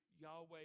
Yahweh